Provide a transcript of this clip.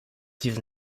diesen